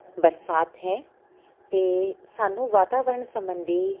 ਬਰਸਾਤ ਹੈ ਅਤੇ ਸਾਨੂੰ ਵਾਤਾਵਰਣ ਸੰਬੰਧੀ